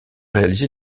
réalisé